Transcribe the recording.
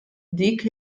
dik